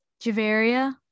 Javaria